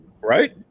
right